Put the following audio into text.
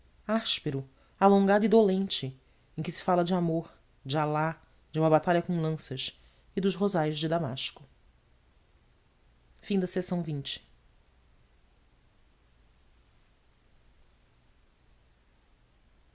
síria áspero alongado e doente em que se fala de amor de alá de uma batalha com lanças e dos rosais de damasco ao apearmos de